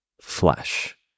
flesh